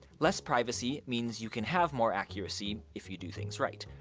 less privacy means you can have more accuracy if you do things right.